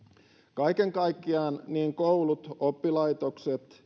kaiken kaikkiaan niin koulut oppilaitokset